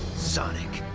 sonic,